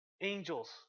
angels